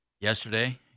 Yesterday